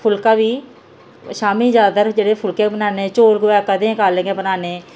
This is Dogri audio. फुल्का बी शामीं जैदातर जेह्ड़े फुलके बनाने चौल कुतै कदें कालें गै बनान्ने